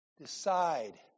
decide